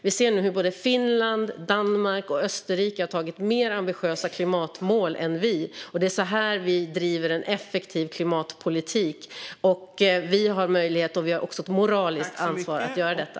Vi ser nu att Finland, Danmark och Österrike har antagit mer ambitiösa klimatmål än vi. Det är så vi bedriver effektiv klimatpolitik. Vi har möjlighet och även ett moraliskt ansvar att göra detta.